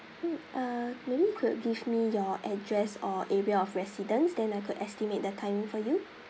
mm uh maybe you could give me your address or area of residence then I could estimate the timing for you